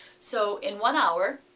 so in one hour,